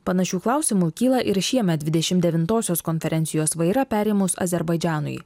panašių klausimų kyla ir šiemet dvidešim devintosios konferencijos vairą perėmus azerbaidžanui